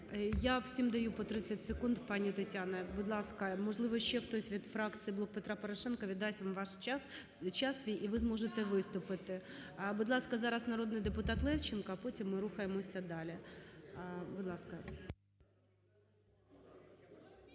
Я всім даю по 30 секунд, пані Тетяна. Будь ласка, можливо, ще хтось від фракції "Блок Петра Порошенка" віддасть час свій, і ви зможете виступити. Будь ласка, зараз народний депутат Левченко, а потім ми рухаємося далі. Будь ласка.